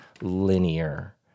linear